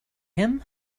him